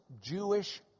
Jewish